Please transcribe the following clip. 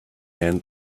end